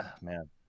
man